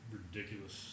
ridiculous